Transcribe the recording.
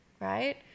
right